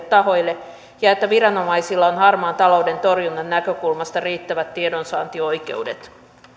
tahoille ja että viranomaisilla on harmaan talouden torjunnan näkökulmasta riittävät tiedonsaantioikeudet